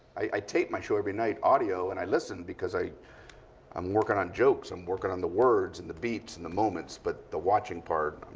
i tape my show every night, audio, and i listen because i'm working on jokes. i'm working on the words, and the beats, and the moments. but the watching part,